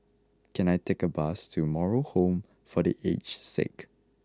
can I take a bus to Moral Home for The Aged Sick